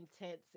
intense